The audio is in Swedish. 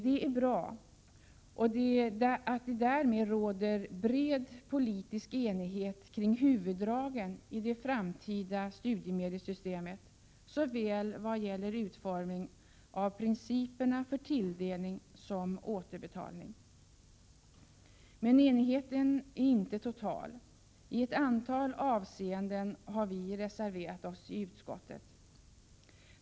Det är bra att det därmed råder bred politisk enighet kring huvuddragen i det framtida studiemedelssystemet, såväl vad gäller utformningen av principerna för tilldelning som återbetalning. Men enigheten är inte total. I ett antal avseenden har vi reserverat oss i utskottet.